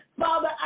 Father